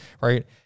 right